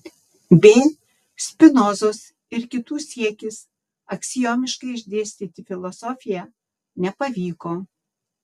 b spinozos ir kitų siekis aksiomiškai išdėstyti filosofiją nepavyko